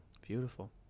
Beautiful